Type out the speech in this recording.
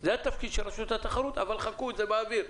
זה התפקיד של רשות התחרות, אבל חכו זה באוויר.